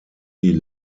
die